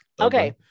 Okay